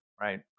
right